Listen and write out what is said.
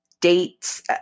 dates